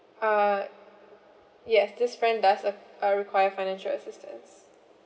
uh yes this friend does uh uh require financial assistance